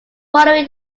following